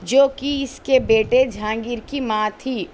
جو کہ اس کی بیٹے جہانگیر کی ماں تھی